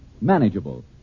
manageable